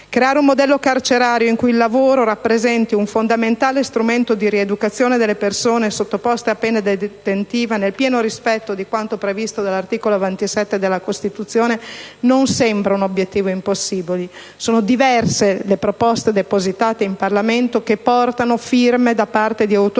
Creare un modello carcerario in cui il lavoro rappresenti un fondamentale strumento di rieducazione delle persone sottoposte a pena detentiva, nel pieno rispetto di quanto previsto dall'articolo 27 della Costituzione, non sembra un obiettivo impossibile. Sono diverse le proposte depositate in Parlamento che portano firme di autorevoli